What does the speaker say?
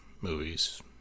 movies